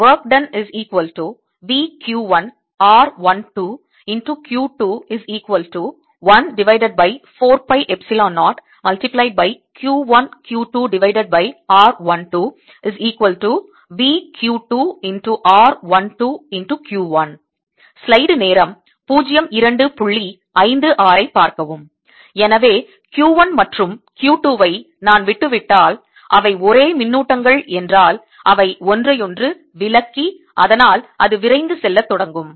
எனவே Q 1 மற்றும் Q 2 ஐ நான் விட்டுவிட்டால் அவை ஒரே மின்னூட்டங்கள் என்றால் அவை ஒன்றையொன்று விலக்கி அதனால் அது விரைந்து செல்லத் தொடங்கும்